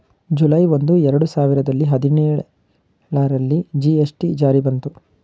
July ಒಂದು, ಎರಡು ಸಾವಿರದ ಹದಿನೇಳರಲ್ಲಿ ಜಿ.ಎಸ್.ಟಿ ಜಾರಿ ಬಂತು